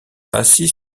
assis